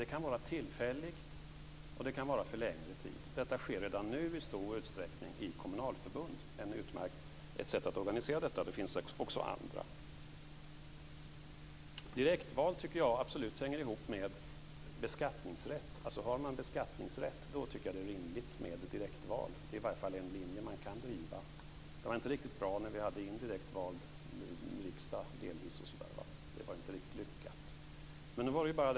Det kan vara tillfälligt, och det kan vara för längre tid. Detta sker redan nu i stor utsträckning i kommunalförbund, vilket är ett utmärkt sätt att organisera detta, och det finns också andra. Direktval tycker jag absolut hänger ihop med beskattningsrätt. Har man beskattningsrätt tycker jag att det är rimligt med direktval. Det är i varje fall en linje som man kan driva. Det var inte riktigt bra när vi delvis hade en indirekt vald riksdag. Det var inte riktigt lyckat.